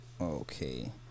okay